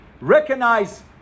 recognize